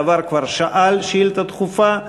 בעבר כבר שאל שאילתה דחופה,